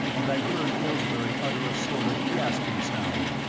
and i heard aylesbury utter a sort of gasping sound.